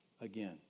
again